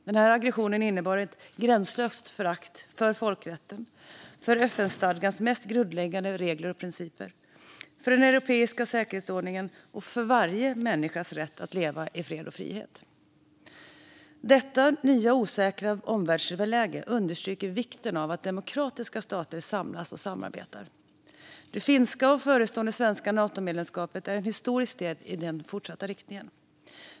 Denna aggression innebar ett gränslöst förakt för folkrätten, för FN-stadgans mest grundläggande regler och principer, för den europeiska säkerhetsordningen och för varje människas rätt att leva i fred och frihet. Detta nya osäkra omvärldsläge understryker vikten av att demokratiska stater samlas och samarbetar. Det finska och förestående svenska Natomedlemskapet är ett historiskt steg i den fortsatta riktningen.